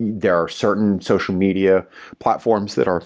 there are certain social media platforms that are